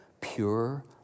pure